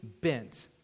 bent